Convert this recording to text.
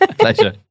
Pleasure